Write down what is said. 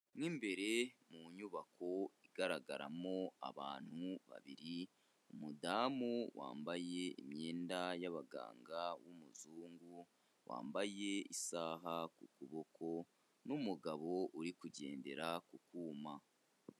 Mi imbere mu nyubako igaragaramo abantu babiri, umudamu wambaye imyenda y'abaganga w'umuzungu wambaye isaha ku kuboko, n'umugabo uri kugendera ku kuma.